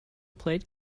played